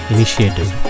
Initiative